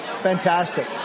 Fantastic